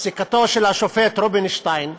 פסיקתו של השופט רובינשטיין,